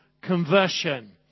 conversion